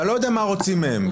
אתה לא יודע מה רוצים מהם.